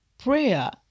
Prayer